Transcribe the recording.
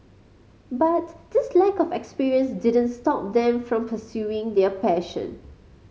but this lack of experience didn't stop them from pursuing their passion